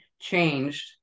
changed